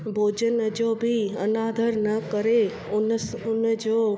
भोजन जो बि अनादर न करे उन उन जो